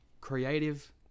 Creative